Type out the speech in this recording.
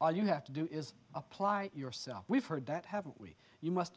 all you have to do is apply yourself we've heard that haven't we you must